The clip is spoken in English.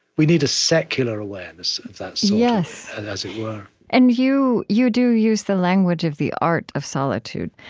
we need a secular awareness of that so sort of, as it were and you you do use the language of the art of solitude,